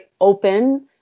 open